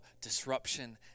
disruption